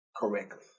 correctly